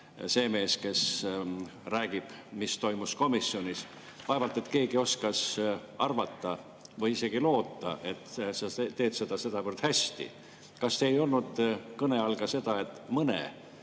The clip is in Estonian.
see mees, kes räägib, mis toimus komisjonis, vaevalt keegi oskas arvata või isegi loota, et sa teed seda sedavõrd hästi. Kas ei olnud kõne all ka seda, et mõne